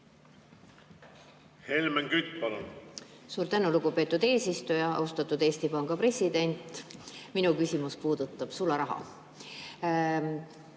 Helmen Kütt, palun! Suur tänu, lugupeetud eesistuja! Austatud Eesti Panga president! Minu küsimus puudutab sularaha.